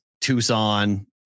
Tucson